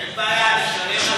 אין בעיה, לשלם על חניה.